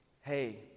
hey